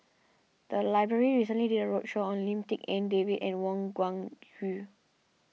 the library recently did a roadshow on Lim Tik En David and Wang Gungwu